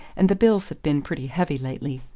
and the bills have been pretty heavy lately.